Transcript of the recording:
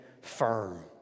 Firm